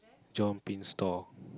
John Pin store